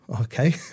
okay